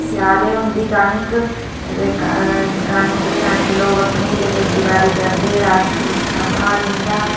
सेआलै होंदी कनक ते कनक लोग अपनी खेती बाड़ी करदे ते राशन अपना होई जंदा